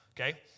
Okay